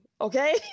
okay